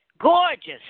gorgeous